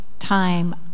time